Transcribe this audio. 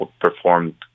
performed